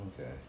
Okay